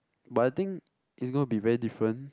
but I think it's gonna be very different